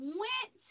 went